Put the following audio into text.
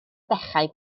dechrau